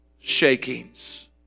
shakings